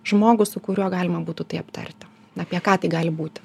žmogų su kuriuo galima būtų tai aptarti apie ką tai gali būti